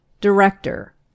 Director